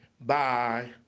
Bye